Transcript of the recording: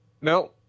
No